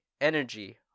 energy